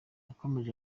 yakomeje